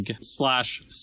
slash